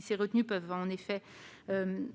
Ces retenues peuvent en outre